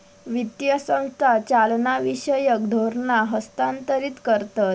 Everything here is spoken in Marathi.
वित्तीय संस्था चालनाविषयक धोरणा हस्थांतरीत करतत